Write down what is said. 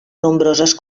nombroses